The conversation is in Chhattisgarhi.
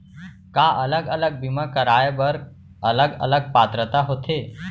का अलग अलग बीमा कराय बर अलग अलग पात्रता होथे?